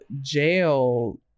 jail